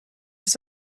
his